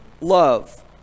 love